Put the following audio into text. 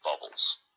bubbles